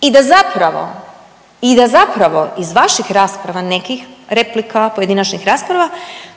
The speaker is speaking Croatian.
i da zapravo iz vaših rasprava nekih, replika, pojedinačnih rasprava